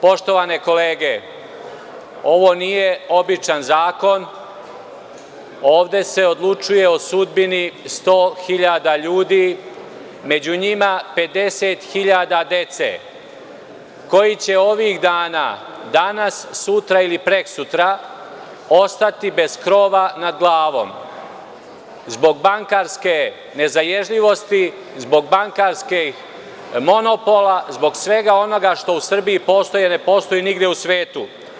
Poštovane kolege, ovo nije običan zakon, ovde se odlučuje o sudbini 100.000 ljudi, među njima 50.000 dece, koji će ovih dana, danas, sutra ili prekosutra ostati bez krova nad glavom zbog bankarske nezaježljivosti, zbog bankarskih monopola, zbog svega onoga što u Srbiji postoji jer ne postoji nigde u svetu.